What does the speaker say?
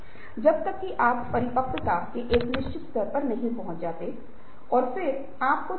एक यह है कि परिवर्तन करने के लिए परिवर्तन की योजना बनाना है